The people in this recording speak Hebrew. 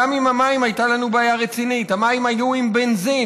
גם עם המים הייתה לנו בעיה רצינית: המים היו עם בנזין,